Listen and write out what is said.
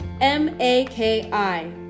M-A-K-I